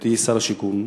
בהיותי שר השיכון,